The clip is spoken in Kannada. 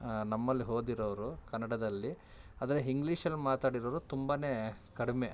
ನಮ್ಮಲ್ಲಿ ಓದಿರೋರು ಕನ್ನಡದಲ್ಲಿ ಆದರೆ ಹಿಂಗ್ಲಿಷಲ್ಲಿ ಮಾತಾಡಿರೋರು ತುಂಬನೇ ಕಡಿಮೆ